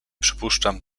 przypuszczam